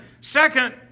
second